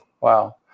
Wow